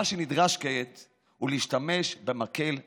מה שנדרש כעת הוא להשתמש במקל הנועם: